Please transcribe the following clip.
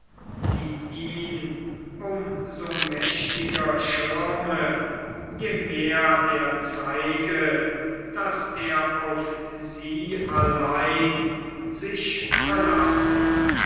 so mächtiger schirme je mehr er zeige daß er auf sie allein sich verlasse